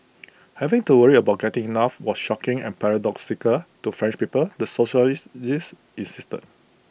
having to worry about getting enough was shocking and paradoxical to French people the sociologist this insisted